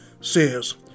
says